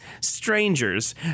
strangers